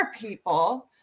people